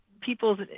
people's